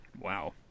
Wow